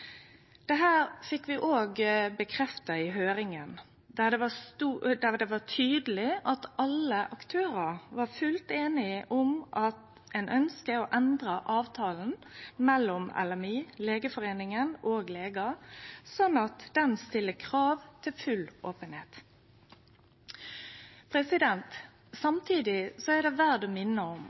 fekk vi også bekrefta i høyringa, der det var tydeleg at alle aktørane er einige om å endre avtalen mellom LMI, Legeforeningen og legar, slik at han stiller krav til full openheit. Samtidig er det verdt å minne om